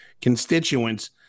constituents